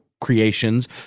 creations